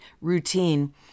routine